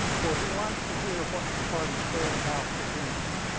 for he liked to hear what the party said about the dinner.